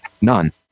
none